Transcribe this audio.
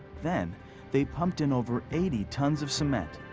then they pumped in over eighty tons of cement.